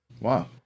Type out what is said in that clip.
Wow